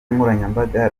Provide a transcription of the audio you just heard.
nkoranyambaga